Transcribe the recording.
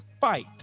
fight